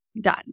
done